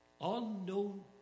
unknown